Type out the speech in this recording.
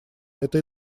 это